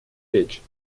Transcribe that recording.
речь